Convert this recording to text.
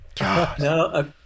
No